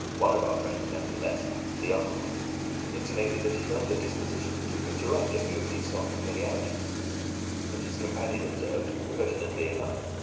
one of our friends, nevertheless the younger one intimated that he felt a disposition to interrupt a few of these soft familiarities but his companion observed, pertinently enough,